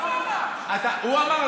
הוא אמר.